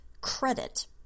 credit